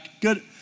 good